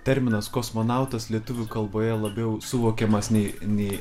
terminas kosmonautas lietuvių kalboje labiau suvokiamas nei nei